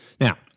Now